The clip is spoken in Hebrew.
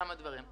כמה דברים.